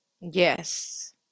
Yes